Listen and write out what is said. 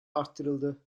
artırıldı